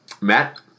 Matt